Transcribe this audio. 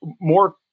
more